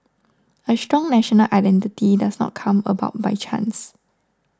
a strong national identity does not come about by chance